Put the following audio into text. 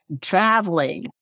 traveling